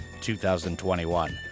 2021